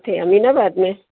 किथे अमीनाबाद में